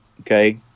okay